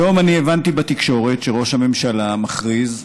היום אני הבנתי בתקשורת שראש הממשלה מכריז: